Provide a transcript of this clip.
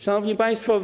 Szanowni Państwo!